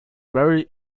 very